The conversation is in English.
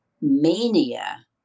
mania